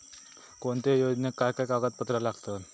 कोणत्याही योजनेक काय काय कागदपत्र लागतत?